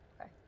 Okay